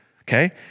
okay